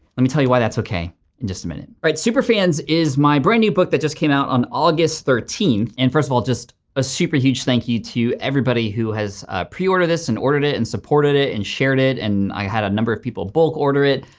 let me tell you why that's okay in just a minute. all right, superfans is my brand new book that just came out on august thirteen and first of all, just a super huge thank you to everybody who has pre-ordered this and ordered and supported it and shared it and i had a number of people bulk order it.